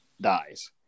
dies